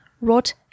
wrote